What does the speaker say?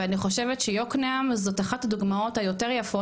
ואני חושבת שיוקנעם זאת אחת הדוגמאות היותר יפות,